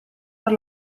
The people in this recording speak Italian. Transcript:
per